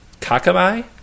Kakamai